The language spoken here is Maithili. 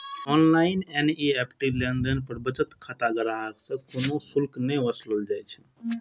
ऑनलाइन एन.ई.एफ.टी लेनदेन पर बचत खाता ग्राहक सं कोनो शुल्क नै वसूलल जाइ छै